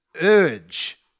Urge